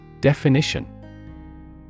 Definition